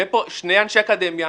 שני אנשי אקדמיה,